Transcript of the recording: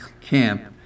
camp